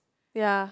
ya